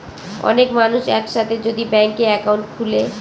অনেক মানুষ এক সাথে যদি ব্যাংকে একাউন্ট খুলে